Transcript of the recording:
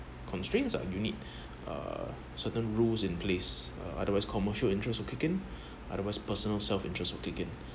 constraints ah you need a certain rules in place uh otherwise commercial interest will kick in otherwise personal self interests will kick in